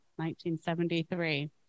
1973